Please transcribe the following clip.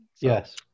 Yes